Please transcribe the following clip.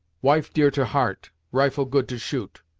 wife dear to heart rifle good to shoot.